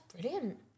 brilliant